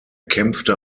kämpfte